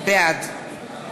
בעד